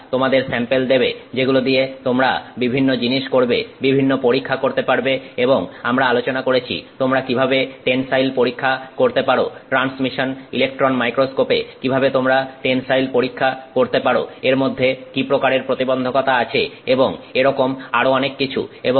ওরা তোমাদের স্যাম্পেল দেবে যেগুলো দিয়ে তোমরা বিভিন্ন জিনিস করতে পারবে বিভিন্ন পরীক্ষা করতে পারবে এবং আমরা আলোচনা করেছি তোমরা কিভাবে টেনসাইল পরীক্ষা করতে পারো ট্রান্সমিশন ইলেকট্রন মাইক্রোস্কোপ এ কিভাবে তোমরা টেনসাইল পরীক্ষা করতে পারো এর মধ্যে কি প্রকারের প্রতিবন্ধকতা আছে এবং এরকম আরো অনেক কিছু